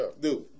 dude